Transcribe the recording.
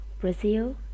Brazil